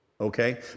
okay